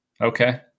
Okay